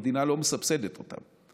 המדינה לא מסבסדת אותם.